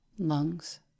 lungs